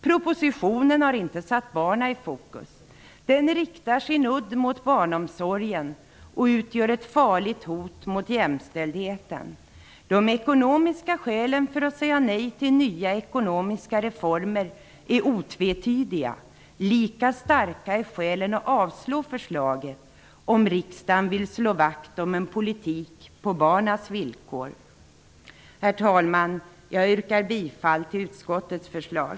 Propositionen har inte satt barnen i fokus. Den riktar sin udd mot barnomsorgen och utgör ett farligt hot mot jämställdheten. De ekonomiska skälen för att säga nej till nya ekonomiska reformer är otvetydiga. Lika starka är skälen att avslå förslaget om riksdagen vill slå vakt om en politik på barnens villkor. Herr talman! Jag yrkar bifall till utskottets hemställan.